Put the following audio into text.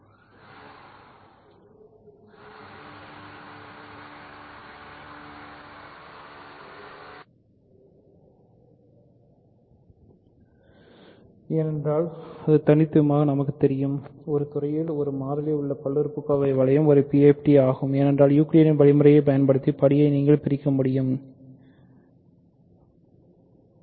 விகிதமுறு எண்களின் மீதான பல்லுறுப்புறுப்பு வளையம் ஒரு UFD என்ற உண்மையை நாம் முக்கியமாகப் பயன்படுத்தினோம் ஏனென்றால் அது தனித்தனியாக நமக்குத் தெரியும் ஏனென்றால் ஒரு துறையில் ஒரு மாறியில் உள்ள பல்லுறுப்புக்கோவை வளையம் ஒரு PID ஆகும் ஏனென்றால் யூக்ளிடியன் வழிமுறையைப் பயன்படுத்தி படியை நீங்கள் பிரிக்க முடியும் எங்கள் படி செயல்பாடு